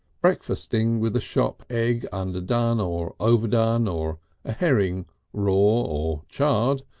breakfasting with a shop egg underdone or overdone or a herring raw or charred,